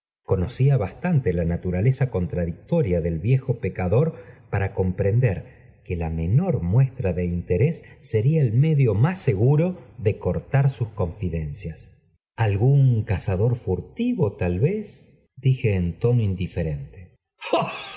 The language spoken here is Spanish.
conocía bastante la naturaleza contradictoria del viejo pecador para comprender que la menor muestran de interés sería el medio más seguro de cortar sus confidéñ tl cias algún cazador furtivo tal vez dijo en tono indiferente